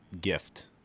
gift